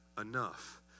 enough